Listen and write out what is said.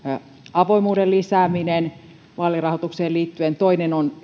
avoimuuden lisääminen vaalirahoitukseen liittyen toinen on